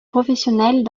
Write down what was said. professionnels